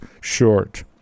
short